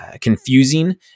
Confusing